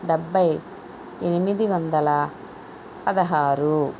డెబ్బై ఎనిమిది వందల పదహారు